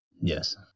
yes